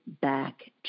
back